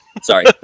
Sorry